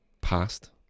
past